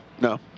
No